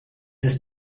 ist